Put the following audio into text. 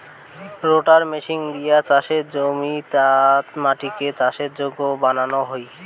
রোটাটার machine দিয়া চাসের জমিয়াত মাটিকে চাষের যোগ্য বানানো হই